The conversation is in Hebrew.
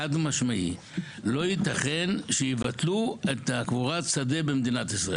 מה שאמרתי כרגע נותן את האפשרות לקבורה רוויה,